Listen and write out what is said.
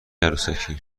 عروسکی